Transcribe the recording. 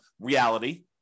reality